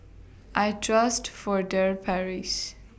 I Trust Furtere Paris